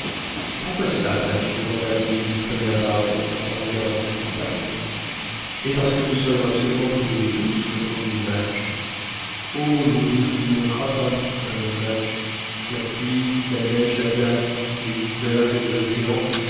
et pourquoi cela madge demanda mrs paulina barnett en regardant sa compagne mais parce que nous serions absolument privés d'eau douce répondit madge oh l'eau douce ne nous manquera pas ma bonne madge la pluie la neige la glace les icebergs de l'océan